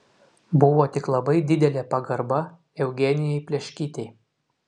buvo tik labai didelė pagarba eugenijai pleškytei